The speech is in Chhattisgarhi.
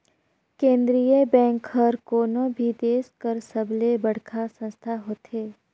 केंद्रीय बेंक हर कोनो भी देस कर सबले बड़खा संस्था होथे